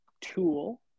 tool